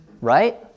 right